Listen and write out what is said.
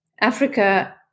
Africa